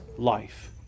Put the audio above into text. life